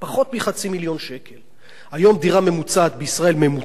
היום דירה ממוצעת בישראל עולה משהו כמו 1.2 מיליון.